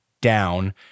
down